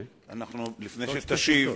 לפני שתשיב,